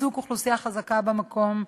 בחיזוק אוכלוסייה חזקה במקום.